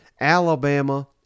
Alabama